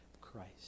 Christ